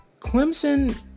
Clemson